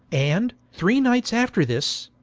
and three nights after this,